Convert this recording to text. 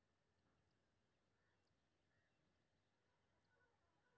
ककरो QR code पर पैसा कोना भेजल जेतै?